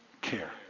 Care